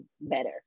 better